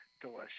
delicious